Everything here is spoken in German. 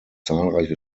zahlreiche